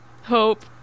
Hope